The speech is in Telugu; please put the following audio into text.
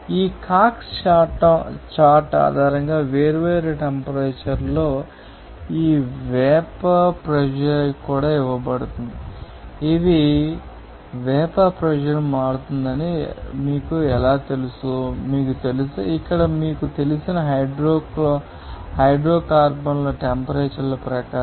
ఈ కాక్స్ చార్ట్ ఆధారంగా వేర్వేరు టెంపరేచర్లో ఈ వేపర్ ప్రెషర్ కూడా ఇవ్వబడుతుంది ఇవి వేపర్ ప్రెషర్ మారుతుందని మీకు ఎలా తెలుసు మీకు తెలుసా అక్కడ మీకు తెలిసిన హైడ్రోకార్బన్ల టెంపరేచర్ ప్రకారం